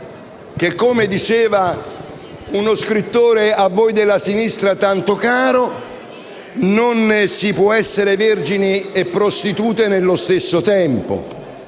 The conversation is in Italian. come diceva uno scrittore a voi della sinistra tanto caro, non si può essere vergini e prostitute nello stesso tempo